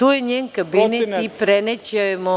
Tu je njen kabinet i prenećemo.